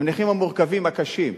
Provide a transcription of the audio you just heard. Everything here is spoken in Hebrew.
הנכים המורכבים, הקשים.